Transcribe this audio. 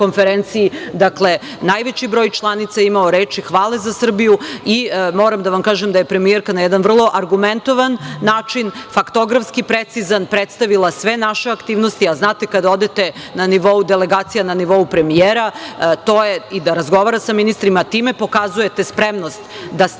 Dakle, najveći broj članica je imao reči hvale za Srbiju i moram da vam kažem da je premijerka na jedan vrlo argumentovan način, faktografski precizan, predstavila sve naše aktivnosti, a kada odete na nivou delegacije, na nivou premijera i da razgovarate sa ministrima, time pokazujete spremnost da ste